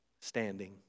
standing